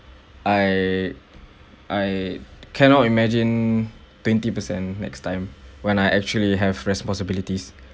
I I cannot imagine twenty percent next time when I actually have responsibilities